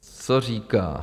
Co říká?